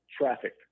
traffic